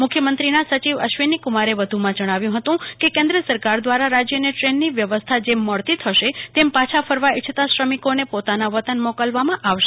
મુખ્યમત્રીના સચિવ અશ્વિનીકુમારે જણાવ્યુ હતું કે કેન્દ્ર સરકાર દ્રારા રાજયને દ્રેનની વ્યવસ્થા જેમ મળતી થશે તેમ પાછા ફરવા ઈચ્છતા શ્રમિકોને પોતાના વતન મોકલાશે